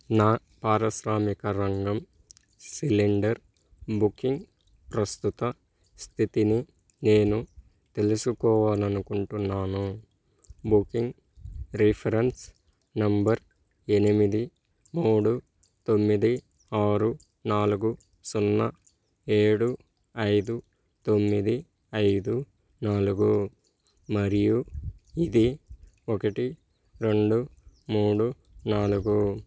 నా పారిశ్రామిక రంగం సిలిండర్ బుకింగ్ ప్రస్తుత స్థితిని నేను తెలుసుకోవాలి అనుకుంటున్నాను బుకింగ్ రిఫరెన్స్ నెంబర్ ఎనిమిది మూడు తొమ్మిది ఆరు నాలుగు సున్నా ఏడు ఐదు తొమ్మిది ఐదు నాలుగు మరియు ఇది ఒకటి రెండు మూడు నాలుగు